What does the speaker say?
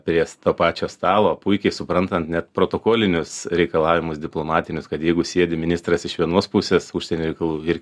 prie to pačio stalo puikiai suprantant net protokolinius reikalavimus diplomatinius kad jeigu sėdi ministras iš vienos pusės užsienio reikalų ir